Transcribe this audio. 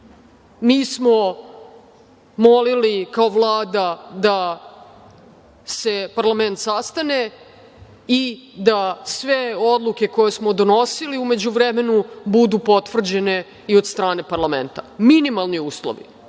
mi smo molili, kao Vlada, da se parlament sastane i da sve odluke koje smo donosili u međuvremenu budu potvrđene i od strane parlamenta. Minimalni uslovi. Dakle,